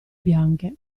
bianche